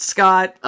Scott